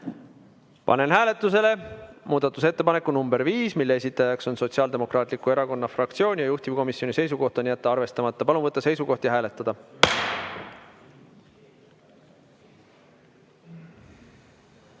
Panen hääletusele muudatusettepaneku nr 5, mille esitajaks on Sotsiaaldemokraatliku Erakonna fraktsioon ja juhtivkomisjoni seisukoht on jätta arvestamata. Palun võtta seisukoht ja hääletada!